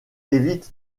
évite